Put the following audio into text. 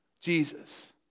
Jesus